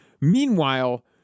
Meanwhile